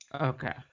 Okay